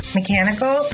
mechanical